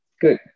good